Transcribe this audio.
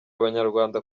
abanyarwanda